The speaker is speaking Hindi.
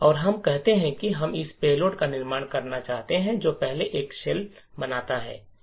अब हम कहते हैं कि हम एक पेलोड का निर्माण करना चाहते हैं जो पहले एक शेल बनाता है